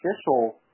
official